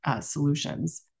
solutions